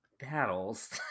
battles